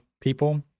people